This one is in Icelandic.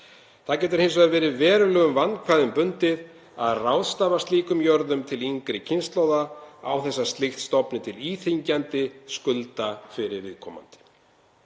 Það getur hins vegar verið verulegum vandkvæðum bundið að ráðstafa slíkum jörðum til yngri kynslóða án þess að slíkt stofni til íþyngjandi skulda fyrir viðkomandi.